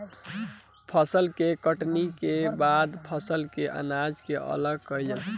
फसल के कटनी के बाद फसल से अनाज के अलग कईल जाला